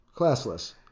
Classless